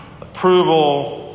approval